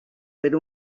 per